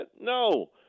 No